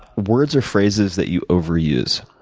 words or phrases that you overuse?